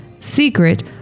secret